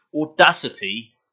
audacity